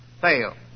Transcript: fail